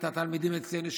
את התלמידים אצלנו,